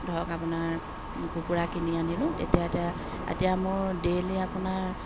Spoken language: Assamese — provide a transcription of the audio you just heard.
ধৰক আপোনাৰ কুকুৰা কিনি আনিলোঁ তেতিয়া এতিয়া এতিয়া মোৰ ডেইলী আপোনাৰ